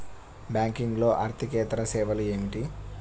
బ్యాంకింగ్లో అర్దికేతర సేవలు ఏమిటీ?